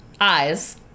Eyes